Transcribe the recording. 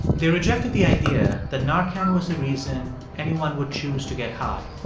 they rejected the idea that narcan was the reason anyone would choose to get high,